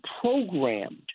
programmed